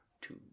two